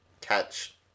catch